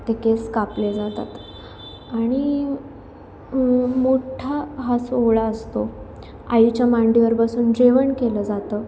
ते केस कापले जातात आणि मोठा हा सोहळा असतो आईच्या मांडीवर बसून जेवण केलं जातं